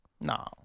No